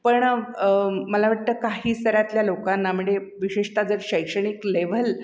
पण मला वाटतं काही स्तरातल्या लोकांना म्हणजे विशेषता जर शैक्षणिक लेव्हल